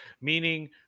meaning